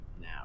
now